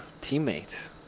teammates